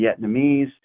Vietnamese